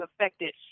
affected